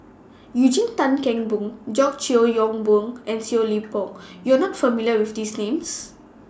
Eugene Tan Kheng Boon George Yeo Yong Boon and Seow Leng Poh YOU Are not familiar with These Names